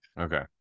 Okay